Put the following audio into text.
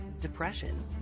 depression